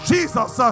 Jesus